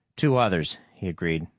two others, he agreed.